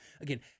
Again